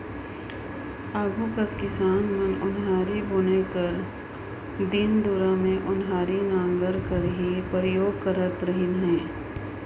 आघु कर किसान मन ओन्हारी बुने कर दिन दुरा मे ओन्हारी नांगर कर ही परियोग करत खित रहिन